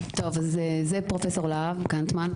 זה פרופ' להב קנטמן.